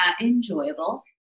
enjoyable